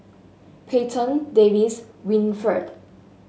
Payton Davis Winnifred